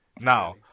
now